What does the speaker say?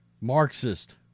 Marxist